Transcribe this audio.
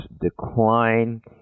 decline